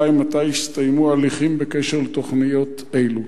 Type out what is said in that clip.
2. מתי יסתיימו ההליכים בקשר לתוכניות האלה?